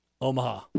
Omaha